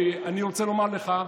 אני רוצה לומר לך,